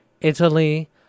Italy